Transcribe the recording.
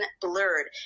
blurred